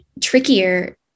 trickier